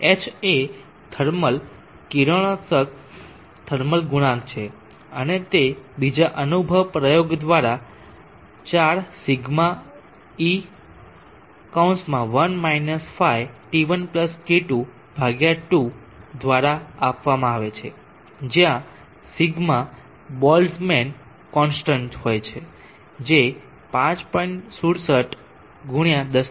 H એ thermal કિરણોત્સર્ગ thermal ગુણાંક છે અને તે બીજા અનુભવ પ્રયોગ દ્વારા 4σ ε 1 фT1T2 2 દ્વારા આપવામાં આવે છે જ્યાં σ બોલ્ટઝમાન કોનસ્ટન્ટ હોય છે જે 5